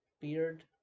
Beard